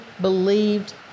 believed